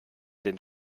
den